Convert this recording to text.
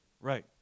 Right